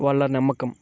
వాళ్ళ నమ్మకం